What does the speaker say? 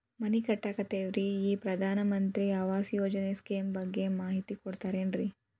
ಮನಿ ಕಟ್ಟಕತೇವಿ ರಿ ಈ ಪ್ರಧಾನ ಮಂತ್ರಿ ಆವಾಸ್ ಯೋಜನೆ ಸ್ಕೇಮ್ ಬಗ್ಗೆ ಮಾಹಿತಿ ಕೊಡ್ತೇರೆನ್ರಿ?